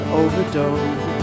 overdose